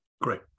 Great